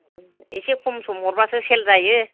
एसे खम सम हरबासो सेल जायो